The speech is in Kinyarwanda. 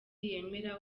yemera